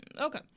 okay